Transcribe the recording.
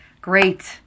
Great